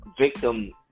victim